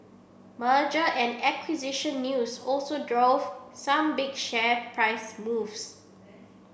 merger and acquisition news also drove some big share price moves